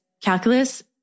calculus